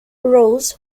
rose